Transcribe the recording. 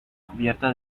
cubierta